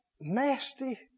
nasty